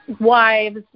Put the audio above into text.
wives